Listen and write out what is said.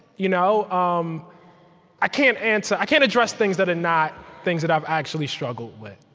you know um i can't and so i can't address things that are not things that i've actually struggled with.